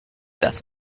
das